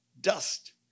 dust